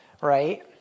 right